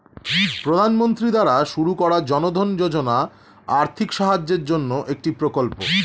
প্রধানমন্ত্রী দ্বারা শুরু করা জনধন যোজনা আর্থিক সাহায্যের জন্যে একটি প্রকল্প